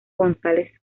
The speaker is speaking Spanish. gonzález